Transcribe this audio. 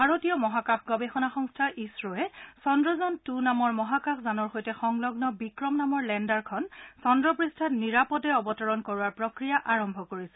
ভাৰতীয় মহাকাশ গৱেষণা সংস্থা ইছৰোৱে চন্দ্ৰযান টু নামৰ মহাকাশ যানৰ সৈতে সংলগ্ন বিক্ৰম নামৰ লেণ্ডাৰখন চন্দ্ৰপৃষ্ঠত নিৰাপদে অৱতৰণ কৰোৱাৰ প্ৰফ্ৰিয়া আৰম্ভ কৰিছে